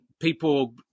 people